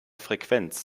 frequenz